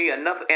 enough